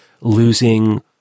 losing